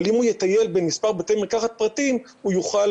אבל אם הוא יטייל במספר בתי מרקחת פרטיים הוא יוכל